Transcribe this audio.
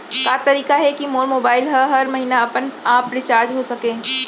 का तरीका हे कि मोर मोबाइल ह हर महीना अपने आप रिचार्ज हो सकय?